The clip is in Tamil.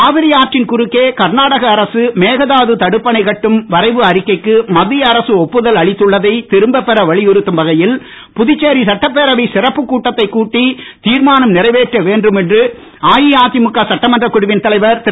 காவிரி ஆற்றின் குறுக்கே கர்நாடக அரசு மேகதாது தடுப்பணை கட்டும் வரைவு அறிக்கைக்கு மத்திய அரசு ஒப்புதல் அளித்துள்ளதை திரும்பப் பெற வலியுறுத்தும் வகையில் புதுச்சேரி சட்டப்பேரவை சிறப்புக்கூட்டத்தைக் கூட்டி தீர்மானம் நிறைவேற்ற வேண்டும் என்று அஇஅதிமுக சட்டமன்ற குழுவின் தலைவர் திரு